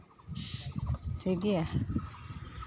ᱴᱷᱤᱠ ᱜᱮᱭᱟ